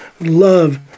love